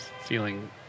feeling